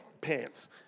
pants